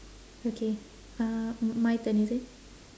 okay uh m~ my turn is it